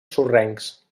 sorrencs